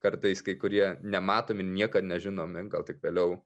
kartais kai kurie nematomi niekad nežinomi gal tik vėliau